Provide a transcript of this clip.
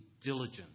diligent